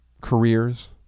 careers